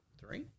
three